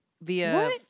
via